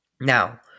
Now